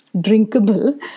drinkable